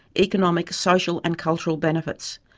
economic, social and cultural benefits.